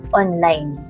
online